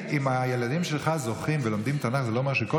אם הייתה פגיעה בתנ"ך או לא,